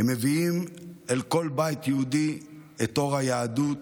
הם מביאים אל כל בית יהודי את אור היהדות